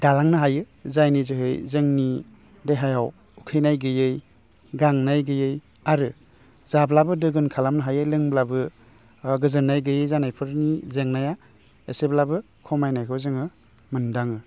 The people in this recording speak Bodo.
दालांनो हायो जायनि जोहै जोंनि देहायाव उखैनाय गैयै गांनाय गैयै आरो जाब्लाबो दोगोन खालामनो हायै लोंब्लाबो गोजोन्नाय गैयै जानायफोरनि जेंनाया एसेब्लाबो खमायनायखौ जोङो मोनदाङो